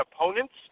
opponents